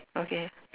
okay